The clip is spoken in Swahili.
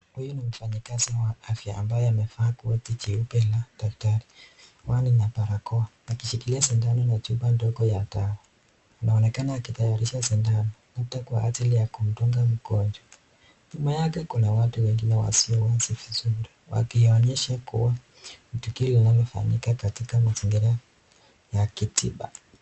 Huyu ni mfanyikazi wa afya ambaye amevaa koti jeupe la daktari, miwani, na barakoa, akishikilia shindano chupa ndogo ya dawa. Anaonekana akitayarisha sindano yote kwa ajili ya kumdunga mgonjwa , nyuma yake kuna watu wengine wasio vizuri, wakionyesha kuwa tukio linalofanyika katika mazingira ya kitibabu.